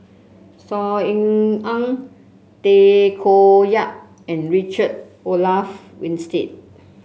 Saw Ean Ang Tay Koh Yat and Richard Olaf Winstedt